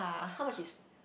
how much is